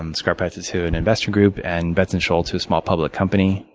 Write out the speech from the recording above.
and scarpetta to an investor group and betts and scholl to a small public company.